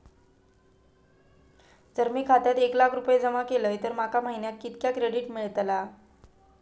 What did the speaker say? जर मी माझ्या खात्यात एक लाख रुपये जमा केलय तर माका महिन्याक कितक्या क्रेडिट मेलतला?